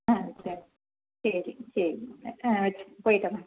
ம் சரி சரி சரிங்க ஆ வச் போய்விட்டு வரேங்க